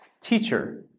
Teacher